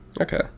Okay